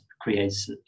creates